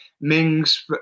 Mings